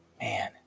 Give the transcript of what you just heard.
man